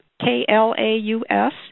K-L-A-U-S